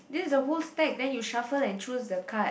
this is the whole stalk then you shuffle and choose the card